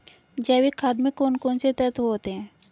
जैविक खाद में कौन कौन से तत्व होते हैं?